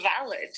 valid